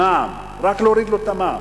ממע"מ, רק להוריד לו את המע"מ.